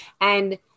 And-